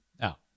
Now